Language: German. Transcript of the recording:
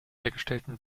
hergestellten